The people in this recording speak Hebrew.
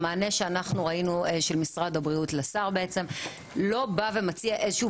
המענה שאנחנו ראינו של משרד הבריאות לשר לא בא ומציע איזשהו